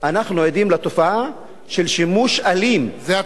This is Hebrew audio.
אנחנו עדים לתופעה של שימוש אלים, זה אתה לא